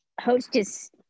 Hostess